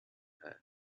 earth